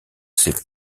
ses